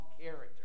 character